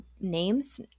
names